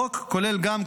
החוק כולל גם,